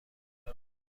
دارد